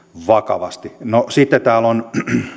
vakavasti no sitten täällä on